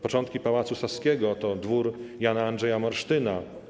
Początki Pałacu Saskiego to dwór Jana Andrzeja Morsztyna.